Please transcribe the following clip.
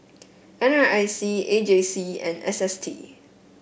N R I C A J C and S S T